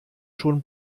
schon